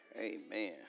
Amen